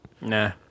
nah